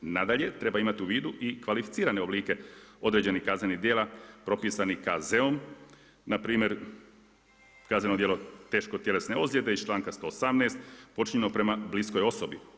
Nadalje, treba imati i u vidu i kvalificirane oblike određenih kaznenih tijela propisanih KZ-om, npr. kazneno djelo teško tjelesne ozlijede iz čl. 118, počinjeno prema bliskoj osobi.